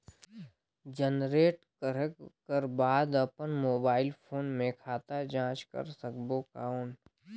Generate करक कर बाद अपन मोबाइल फोन मे खाता जांच कर सकबो कौन?